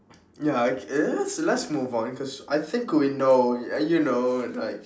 ya okay let's let's move on cause I think we know ya you know like